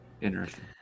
interesting